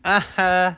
(uh huh)